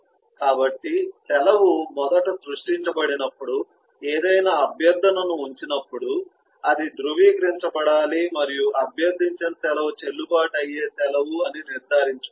కాబట్టి సెలవు మొదట సృష్టించబడినప్పుడు ఏదైనా అభ్యర్థనను ఉంచినప్పుడు అది ధృవీకరించబడాలి మరియు అభ్యర్థించిన సెలవు చెల్లుబాటు అయ్యే సెలవు అని నిర్ధారించుకోవాలి